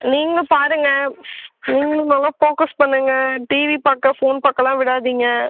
நீங்களும் பாருங்கள் நீங்களும் நல்லா ஃபோகஸ் பண்ணுங்கள் டிவி பார்க்க ஃபோன் பார்க்கலாம் விடாதிங்கள்